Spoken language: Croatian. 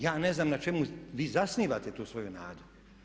Ja ne znam na čemu vi zasnivate tu svoju nadu.